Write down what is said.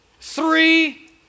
three